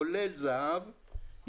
כולל זה"ב,